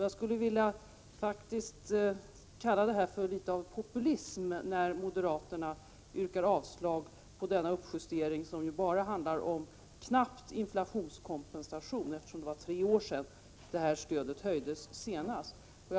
Jag skulle faktiskt vilja kalla det för litet av populism, när moderaterna yrkar avslag på denna uppjustering, som ju bara handlar om en knapp inflationskompensation, eftersom det är tre år sedan stödet senast höjdes.